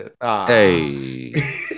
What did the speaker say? Hey